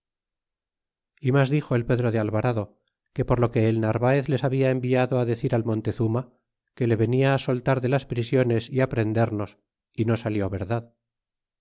y mas dixo el pedro de alvarado que por lo que el narvaez les habia enviado decir al montezuma que le venia soltar de las prisiones y prendernos y no salió verdad